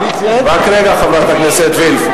רק רגע, חברת הכנסת וילף.